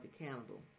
accountable